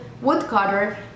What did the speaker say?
woodcutter